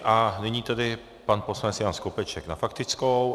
A nyní tedy pan poslanec Jan Skopeček na faktickou.